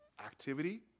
Activity